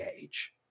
age